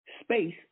space